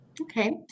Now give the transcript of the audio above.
okay